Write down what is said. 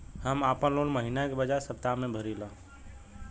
हम आपन लोन महिना के बजाय सप्ताह में भरीला